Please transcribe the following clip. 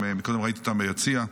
קודם ראיתי אותם ביציע,